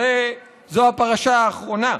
זו הפרשה האחרונה,